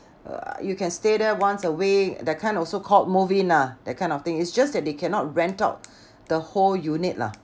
uh you can stay there once a week that kind also called move in ah that kind of thing it's just that they cannot rent out the whole unit lah